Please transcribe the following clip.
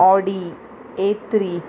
Audi a three